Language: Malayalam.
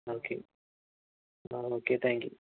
ഓക്കെ ആ ഓക്കെ താങ്ക് യൂ